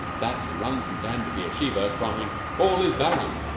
that can run from dan to beersheba, crying all is barren!